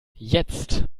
jetzt